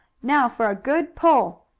now for a good pull!